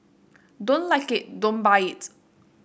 don't like it don't buy it